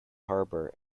harbour